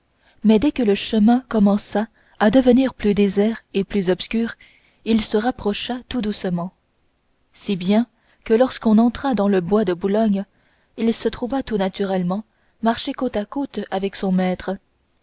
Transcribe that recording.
mais dès que le chemin commença à devenir plus désert et plus obscurs il se rapprocha tout doucement si bien que lorsqu'on entra dans le bois de boulogne il se trouva tout naturellement marcher côte à côte avec son maître